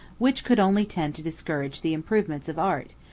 which could only tend to discourage the improvements of art,